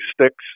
sticks